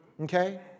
Okay